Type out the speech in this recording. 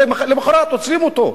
הרי למחרת עוצרים אותו,